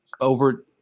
over